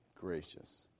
gracious